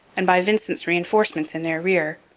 and by vincent's reinforcements in their rear.